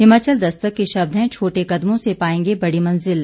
हिमाचल दस्तक के शब्द हैं छोटे कदमों से पाएंगे बड़ी मंजिल